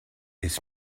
his